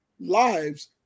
lives